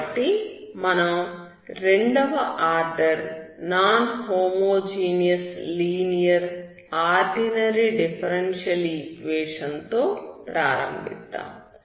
కాబట్టి మనం రెండవ order non homogeneous linear ordinary differential equation తో ప్రారంభిద్దాం